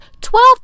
twelve